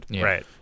Right